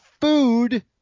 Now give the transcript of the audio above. food